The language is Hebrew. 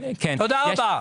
תודה רבה.